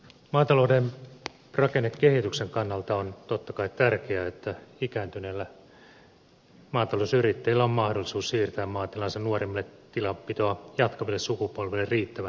maatalouden rakennekehityksen kannalta on totta kai tärkeää että ikääntyneillä maatalousyrittäjillä on mahdollisuus siirtää maatilansa nuoremmille tilanpitoa jatkaville sukupolville riittävän ajoissa